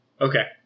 Okay